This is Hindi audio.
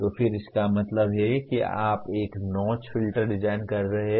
तो फिर इसका मतलब है कि आप अब एक नौच फिल्टर डिजाइन कर रहे हैं